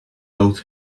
out